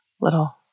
little